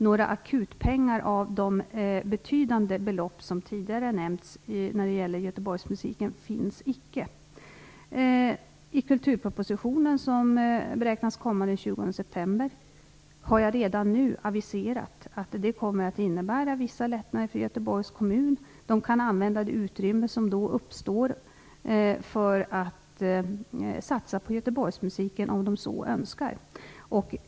Några akutpengar av de betydande belopp som tidigare nämnts när det gäller Göteborgsmusiken finns icke. Jag har redan nu aviserat att kulturpropositionen, som beräknas komma den 20 september, kommer att innebära vissa lättnader för Göteborgs kommun. Man kan använda det utrymme som då uppstår för att satsa på Göteborgsmusiken, om man så önskar.